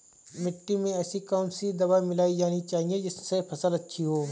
मिट्टी में ऐसी कौन सी दवा मिलाई जानी चाहिए जिससे फसल अच्छी हो?